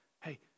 Hey